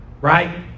right